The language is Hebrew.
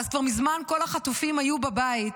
אז כבר מזמן כל החטופים היו בבית.